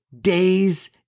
days